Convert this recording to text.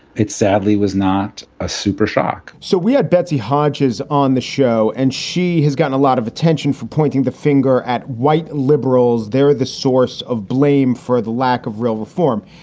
it sadly was not a super shock so we had betsy hodges on the show and she has gotten a lot of attention for pointing the finger at white liberals. they're the source of blame for the lack of real reform.